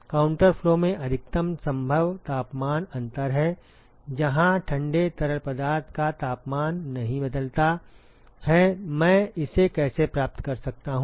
counter flow में अधिकतम संभव तापमान अंतर है जहां ठंडे तरल पदार्थ का तापमान नहीं बदलता है मैं इसे कैसे प्राप्त कर सकता हूं